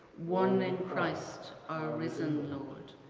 one and christ our risen lord.